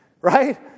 right